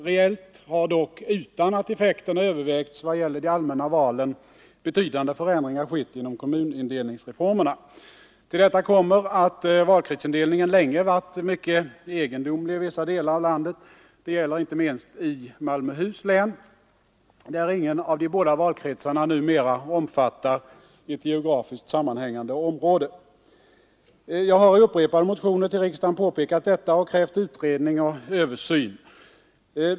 Reellt har dock — utan att effekterna övervägts i vad gäller de allmänna valen — betydande förändringar skett genom kommunindelningsreformerna. Till detta kommer att valkretsindelningen länge varit mycket egendomlig i vissa delar av landet. Detta gäller inte minst i Malmöhus län, där ingen av de båda valkretsarna numera omfattar ett geografiskt sammanhängande område. Jag har i upprepade motioner till riksdagen påpekat detta och krävt utredning och översyn.